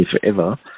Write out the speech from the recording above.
forever